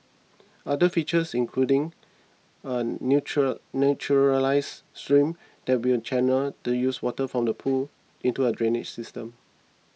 other features including a neutral naturalised stream that will channel the used water from the pool into a drainage system